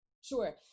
sure